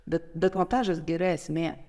bet bet montažas gi yra esmė